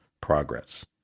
progress